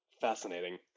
Fascinating